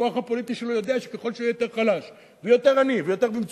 הכוח הפוליטי שלו יודע שככל שהוא יהיה יותר חלש ויותר עני ויותר במצוקה,